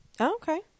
Okay